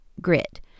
grit